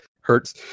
hurts